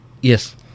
Yes